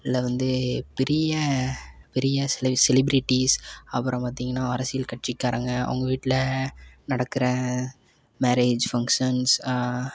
இல்லை வந்து பெரிய பெரிய செல செலிபிரிட்டீஸ் அப்புறம் பார்த்திங்கனா அரசியல் கட்சிக்காரங்கள் அவங்க வீட்டில நடக்கிற மேரேஜ் ஃபங்ஷன்ஸ்